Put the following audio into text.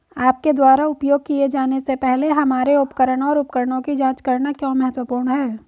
आपके द्वारा उपयोग किए जाने से पहले हमारे उपकरण और उपकरणों की जांच करना क्यों महत्वपूर्ण है?